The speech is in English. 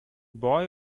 boy